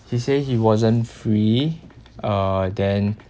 he say he wasn't free uh then